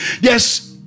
yes